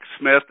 Smith